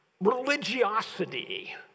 religiosity